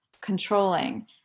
controlling